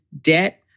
debt